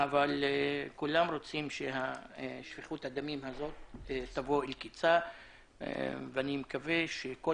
וכולם רוצים ששפיכות הדמים הזו תבוא לקיצה ואני מקווה שכל